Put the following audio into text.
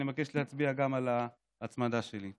אני מבקש להצביע גם על ההצמדה שלי.